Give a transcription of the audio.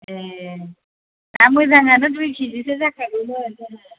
ए ना मोजाङानो दुइ केजिसो जाखागौमोन जोंना